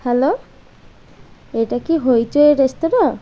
hello এটা কি হৈচৈ এই রেস্তোরাঁ